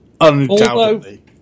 undoubtedly